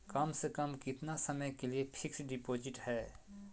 कम से कम कितना समय के लिए फिक्स डिपोजिट है?